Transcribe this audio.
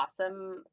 awesome